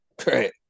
Great